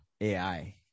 AI